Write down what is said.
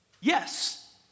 Yes